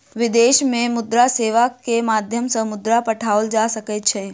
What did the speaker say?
विदेश में मुद्रा सेवा के माध्यम सॅ मुद्रा पठाओल जा सकै छै